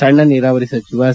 ಸಣ್ಣ ನೀರಾವರಿ ಸಚಿವ ಸಿ